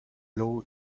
law